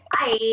Bye